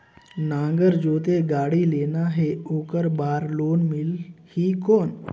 नागर जोते गाड़ी लेना हे ओकर बार लोन मिलही कौन?